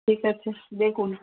ঠিক আছে দেখুন